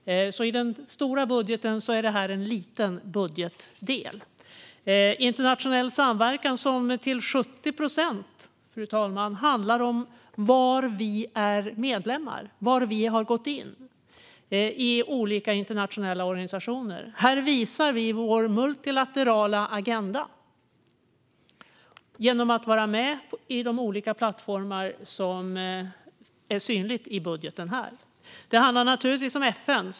I den stora budgeten är det här en liten budgetdel. Fru talman! Internationell samverkan handlar till 70 procent om var vi är medlemmar och vilka internationella organisationer vi har gått med i. Vi visar vår multilaterala agenda genom att vara med på de olika plattformar som är synliga i budgeten. En vital del är naturligtvis FN.